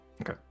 Okay